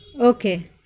Okay